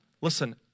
listen